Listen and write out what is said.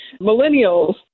millennials